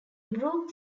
brook